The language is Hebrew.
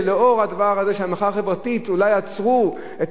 שלנוכח המחאה החברתית אולי עצרו את